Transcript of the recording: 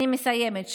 אני מסיימת.